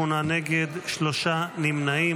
נגד, שלושה נמנעים.